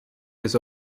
his